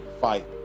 fight